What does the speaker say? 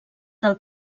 del